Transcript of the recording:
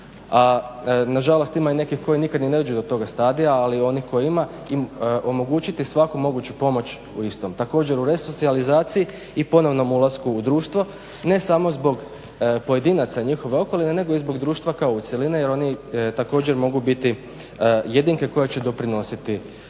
a nažalost ima i nekih koji nikad ni ne dođu do toga stadija ali i onih kojih ima omogućiti svaku moguću pomoć u istom. Također, u resocijalizaciji i ponovnom ulasku u društvu ne samo zbog pojedinaca i njihove okoline nego i zbog društva kao cjeline jer oni također mogu biti jedinke koje će doprinositi tom